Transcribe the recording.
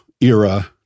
era